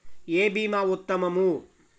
ఏ భీమా ఉత్తమము?